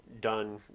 done